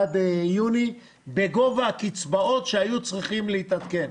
עד חודש יוני, בגובה הקצבאות שהיו צריכות להתעדכן.